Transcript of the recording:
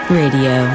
radio